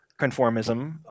conformism